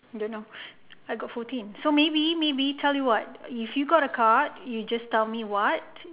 don't know I got fourteen so maybe maybe tell you what if you got a card you just tell me what